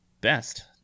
Best